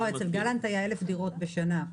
אצל גלנט היו 1,000 דירות בשנה.